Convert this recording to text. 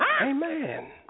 Amen